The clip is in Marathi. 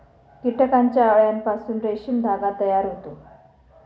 कीटकांच्या अळ्यांपासून रेशीम धागा तयार होतो